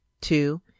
Two